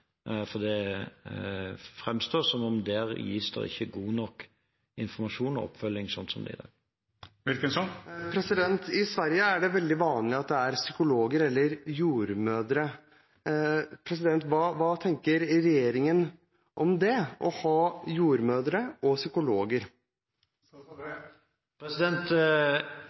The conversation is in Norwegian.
Det fremstår som at det ikke gis god nok informasjon og oppfølging slik det er i dag. I Sverige er det veldig vanlig at det er psykologer eller jordmødre. Hva tenker regjeringen om å bruke jordmødre og psykologer?